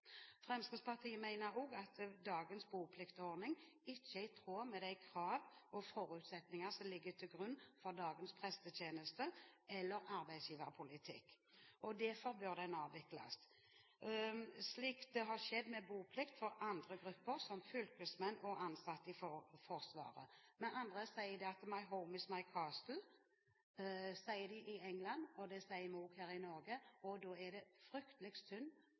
Fremskrittspartiet mener også at dagens bopliktordning ikke er i tråd med de krav og forutsetninger som ligger til grunn for dagens prestetjeneste eller arbeidsgiverpolitikk. Derfor bør den avvikles, slik det har skjedd med boplikt for andre grupper, som fylkesmenn og ansatte i Forsvaret. «My Home is My Castle», sier de i England. Det sier vi også her i Norge, og da er det